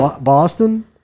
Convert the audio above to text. Boston